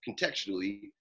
contextually